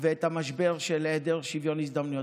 ואת המשבר של אי-שוויון הזדמנויות,